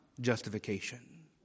justification